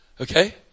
Okay